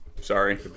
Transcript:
Sorry